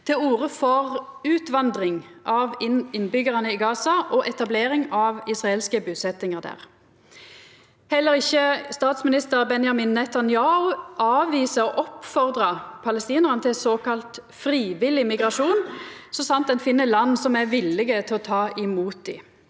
til orde for utvandring av innbyggjarane i Gaza og etablering av israelske busetjingar der. Heller ikkje statsminister Benjamin Netanyahu avviser å oppfordra palestinarane til såkalla frivillig migrasjon, så sant ein finn land som er villige til å ta imot dei.